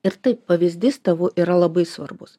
ir taip pavyzdys tavo yra labai svarbus